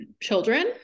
children